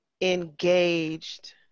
engaged